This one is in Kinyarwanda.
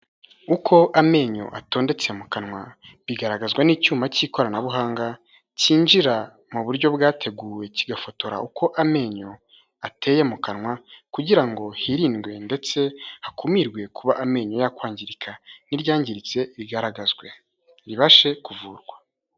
Uko amenyo atondetse mu kanwa bigaragazwa n'icyuma k'ikoranabuhanga kinjira mu buryo bwateguwe, kigafotora uko amenyo ateye mu kanwa kugira ngo hirindwe ndetse hakumirwe kuba amenyo yakwangirika n'iryangiritse bigaragazwe ribashe kuvurwa.